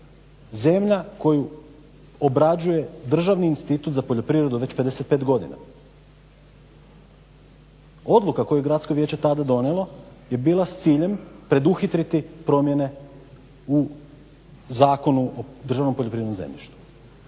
zemlja koju obrađuje Državni institut za poljoprivredu već 55 godina. Odluka koju je gradsko vijeće tada donijelo je bila s ciljem preduhitriti promjene u Zakonu o državnom poljoprivrednom zemljištu.